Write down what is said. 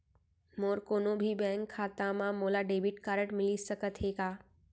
मोर कोनो भी बैंक खाता मा मोला डेबिट कारड मिलिस सकत हे का?